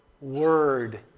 word